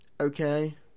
okay